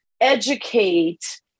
educate